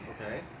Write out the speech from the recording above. Okay